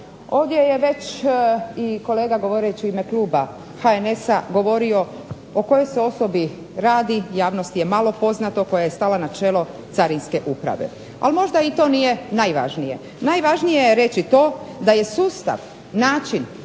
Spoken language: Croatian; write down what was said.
Ovdje je već i kolega govoreći u ime kluba HNS-a govorio o kojoj se osobi radi, javnosti je malo poznato, koja je stala na čelo Carinske uprave. Ali, možda i to nije najvažnije. Najvažnije je reći to da je sustav, način,